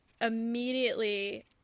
immediately